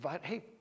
hey